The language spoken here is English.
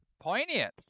poignant